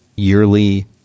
yearly